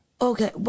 Okay